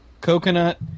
Coconut